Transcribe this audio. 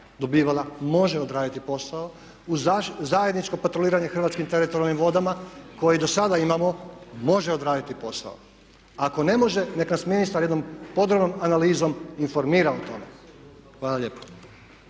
dobivala, može odraditi posao uz zajedničko patroliranje hrvatskim teritorijalnim vodama koje i do sada imamo može odraditi posao. Ako ne može neka na ministar jednom podobnom analizom informira o tome. Hvala lijepo.